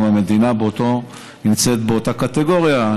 גם המדינה נמצאת באותה קטגוריה,